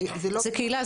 זה --- זה קהילה,